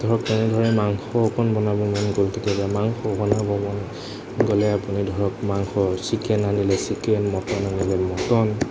ধৰক তেনেধৰণে মাংস অকণ বনাব মন গ'ল কেতিয়াবা মাংস বনাব মন গ'লে আপুনি ধৰক মাংস চিকেন আনিলে চিকেন মটন আনিলে মটন